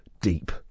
deep